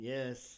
Yes